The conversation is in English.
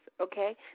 okay